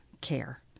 care